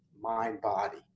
mind-body